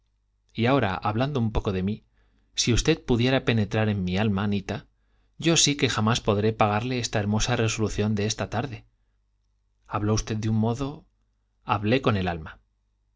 y ahora hablando un poco de mí si usted pudiera penetrar en mi alma anita yo sí que jamás podré pagarle esta hermosa resolución de esta tarde habló usted de un modo hablé con el alma